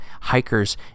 hikers